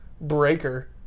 Breaker